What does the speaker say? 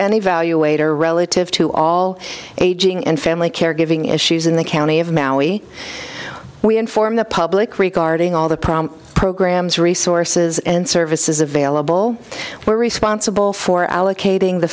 and evaluator relative to all aging and family caregiving issues in the county of maui we inform the public regarding all the problems programs resources and services available we're responsible for allocating the